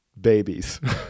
babies